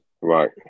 Right